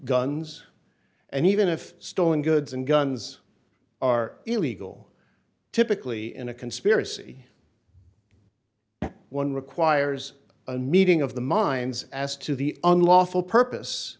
guns and even if stolen goods and guns are illegal typically in a conspiracy one requires a kneading of the minds as to the unlawful purpose